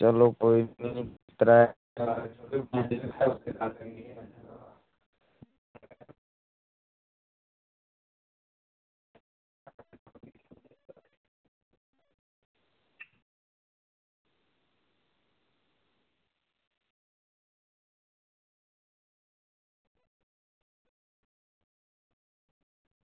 चलो कोई त्रै